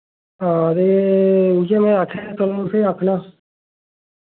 हां ते उ'यै में आखेआ चलो तुसेंगी आक्खना